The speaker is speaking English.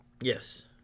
Yes